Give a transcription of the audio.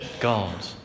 God